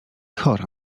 chora